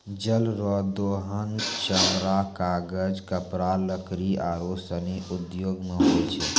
जल रो दोहन चमड़ा, कागज, कपड़ा, लकड़ी आरु सनी उद्यौग मे होय छै